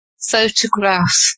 Photograph